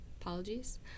apologies